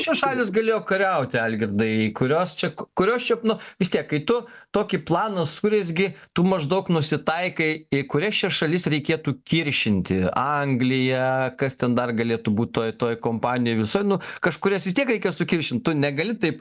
šios šalys galėjo kariauti algirdai kurios čia kurios čia nu vis tiek kai tu tokį planą surezgi tu maždaug nusitaikai į kurias čia šalis reikėtų kiršinti angliją kas ten dar galėtų būti tuoj tuoj kompanija visa nu kažkurias vis tiek reikia sukiršint tu negali taip